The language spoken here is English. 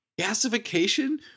Gasification